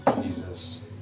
Jesus